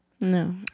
no